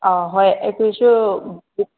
ꯑꯥ ꯍꯣꯏ ꯑꯩꯈꯣꯏꯁꯨ